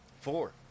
four